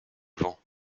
vent